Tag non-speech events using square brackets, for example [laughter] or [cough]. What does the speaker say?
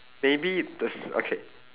maybe this [noise] okay